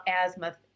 asthma